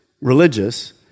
Religious